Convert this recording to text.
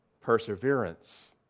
Perseverance